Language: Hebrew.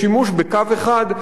בשימוש בקו אחד,